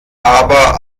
aber